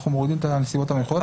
אנחנו מסירים את הנסיבות המיוחדות,